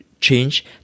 change